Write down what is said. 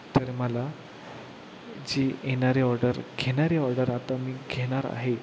तर मला जी येणारी ऑर्डर घेणारी ऑर्डर आता मी घेणार आहे